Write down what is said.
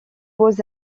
beaux